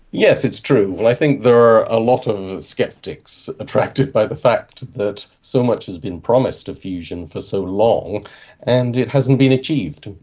yes, it's true. i think there are a lot of sceptics attracted by the fact that so much has been promised of fusion for so long and it hasn't been achieved.